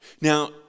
Now